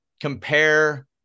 compare